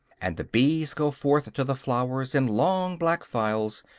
and the bees go forth to the flowers, in long black files,